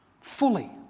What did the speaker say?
Fully